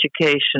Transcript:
education